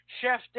Chef